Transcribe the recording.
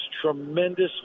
tremendous